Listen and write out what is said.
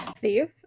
Thief